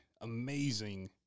amazing